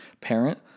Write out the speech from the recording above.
parent